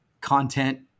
content